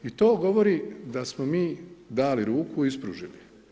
I to govori da smo mi dali ruku, ispružili.